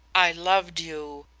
i loved you.